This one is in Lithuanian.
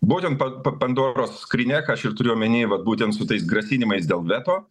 būtent pa pa pandoros skrynia ką aš ir turėjau omeny vat būtent su tais grasinimais dėl veto